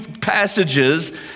passages